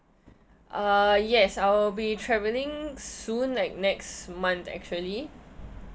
uh yes I will be travelling soon like next month actually